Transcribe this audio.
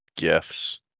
Gifts